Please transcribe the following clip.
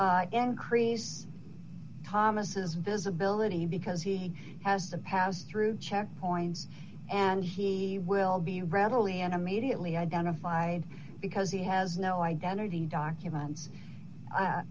thus increase thomas visibility because he has to pass through checkpoints and he will be readily and immediately identified because he has no identity document